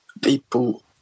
people